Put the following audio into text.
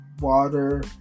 water